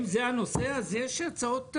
אנחנו רוצים --- הוא אומר את אותו דבר,